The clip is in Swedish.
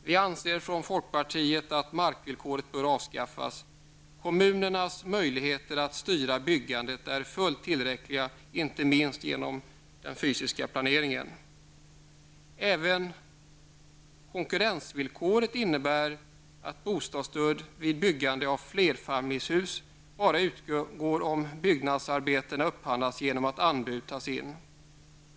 Vi i folkpartiet anser att markvillkoret bör avskaffas. Kommunernas möjligheter att styra byggandet är fullt tillräckliga, inte minst genom den fysiska planeringen. Konkurrensvillkoret innebär att bostadsstöd vid byggande av flerfamiljshus bara utgår om byggnadsarbetena upphandlats genom att anbud tagits in.